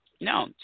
no